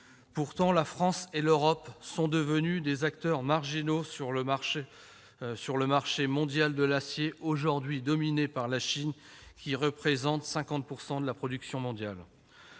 La France et l'Europe sont devenues des acteurs marginaux sur le marché mondial de l'acier, aujourd'hui dominé par la Chine, qui représente 50 % de la production mondiale.